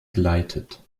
geleitet